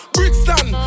Brixton